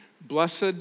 Blessed